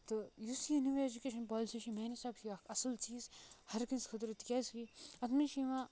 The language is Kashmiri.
تہٕ یُس یہِ نِو ایجُکیشن پولسی چھےٚ میانہِ حِسابہٕ چھِ یہِ اکھ اَصٕل چیٖز ہر کٲنسہِ خٲطرٕ تِکیازِ اَتھ منٛز چھِ یِوان